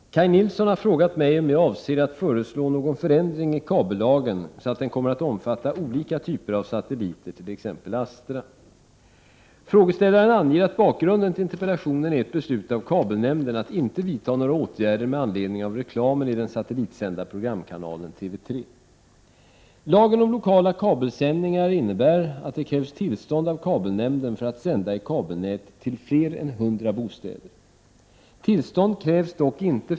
Herr talman! Kaj Nilsson har frågat mig om jag avser att föreslå någon förändring i kabellagen så att den kommer att omfatta olika typer av satelliter, t.ex. Astra. Frågeställaren anger att bakgrunden till interpellationen är ett beslut av kabelnämnden att inte vidta några åtgärder med anledning av reklamen i den satellitsända programkanalen TV 3.